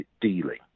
dealing